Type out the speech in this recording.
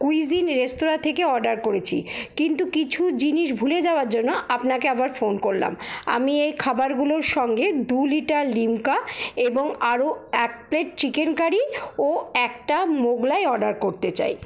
cuisine restaurant থেকে order করেছি কিন্তু কিছু জিনিস ভুলে যাওয়ার জন্য আপনাকে আবার ফোন করলাম আমি এই খাবারগুলোর সঙ্গে দু লিটার লিমকা এবং আরও এক প্লেট চিকেন কারি ও একটা মোগলাই অর্ডার করতে চাই